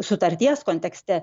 sutarties kontekste